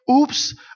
Oops